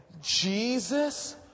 Jesus